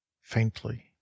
faintly